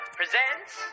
presents